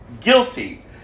guilty